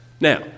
Now